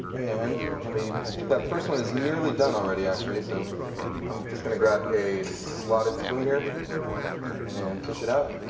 and i mean i think that first one is nearly done already, actually. so i'm just going to grab a slotted spoon here and fish it out.